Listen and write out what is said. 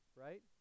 right